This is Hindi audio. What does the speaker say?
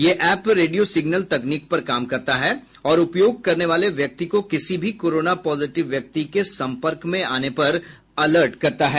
ये एप रेडियो सिगनल तकनीक पर काम करता है और उपयोग करने वाले व्यक्ति को किसी भी कोरोना पॉजिटिव व्यक्ति के सम्पर्क में आने पर अलर्ट करता है